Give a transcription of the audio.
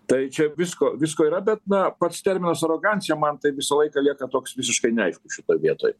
tai čia visko visko yra bet na pats terminas arogancija man tai visą laiką lieka toks visiškai neaiškus šitoj vietoj